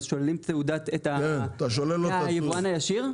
אז שואלים את התעודה ליבואן הישיר?